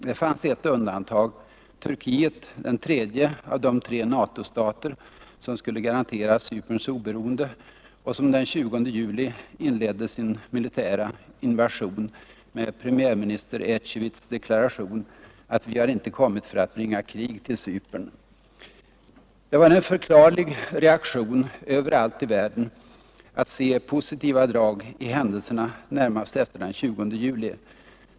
Det fanns ett undantag — Turkiet, den tredje av de tre NATO-stater som skulle garantera Cyperns oberoende och som den 20 juli inledde sin militära invasion med premiärminister Ecevits deklaration att ”vi har inte kommit för att bringa krig till Cypern”. Det var en förklarlig reaktion överallt i världen att se positiva drag i händelserna närmast efter den 20 juli.